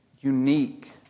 unique